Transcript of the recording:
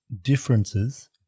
Differences